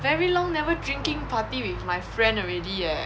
very long never drinking party with my friend already leh